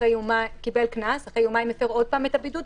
הוטל עליו קנס ואחרי יומיים הפר עוד פעם את הבידוד,